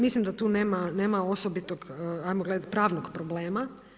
Mislim da tu nema osobitog pravnog problema.